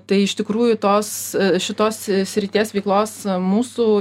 tai iš tikrųjų tos šitos srities veiklos mūsų